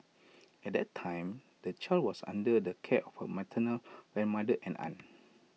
at that time the child was under the care of her maternal grandmother and aunt